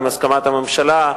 בהסכמת הממשלה,